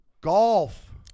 golf